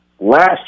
last